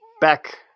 back